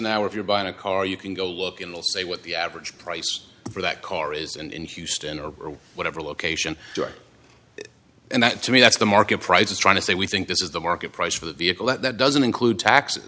now if you're buying a car you can go look in the say what the average price for that car is and in houston or whatever location and that to me that's the market price is trying to say we think this is the market price for the vehicle that doesn't include taxes